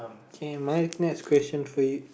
K my next question for you